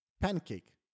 Pancake